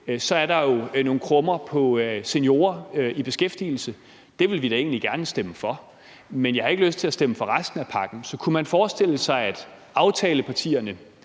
er der jo nogle krummer til seniorer i beskæftigelse, og det vil vi da egentlig gerne stemme for, men jeg har ikke lyst til at stemme for resten af pakken. Så kunne man forestille sig, at aftalepartierne